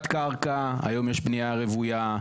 צמודת-קרקע, היום יש בנייה רוויה.